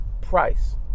price